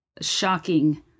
shocking